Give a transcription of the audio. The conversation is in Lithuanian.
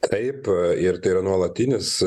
taip ir tai yra nuolatinis